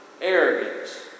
arrogance